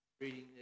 reading